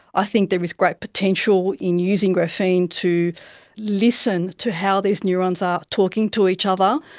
i think there is great potential in using graphene to listen to how these neurons are talking to each other,